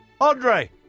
Andre